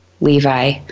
Levi